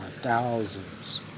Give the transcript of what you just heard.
thousands